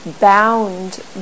bound